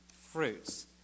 fruits